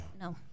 No